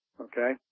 okay